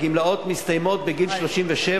מתן הגמלאות מסתיים בגיל 37,